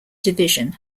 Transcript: division